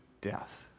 death